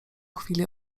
chwili